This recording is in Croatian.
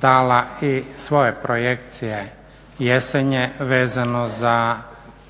dala i svoje projekcije jesenje vezano za